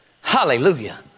Hallelujah